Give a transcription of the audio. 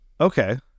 okay